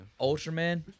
Ultraman